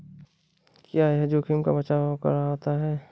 क्या यह जोखिम का बचाओ करता है?